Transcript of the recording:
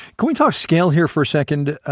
can we talk scale here for a second?